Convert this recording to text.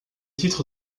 titre